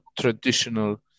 traditional